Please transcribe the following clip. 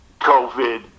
covid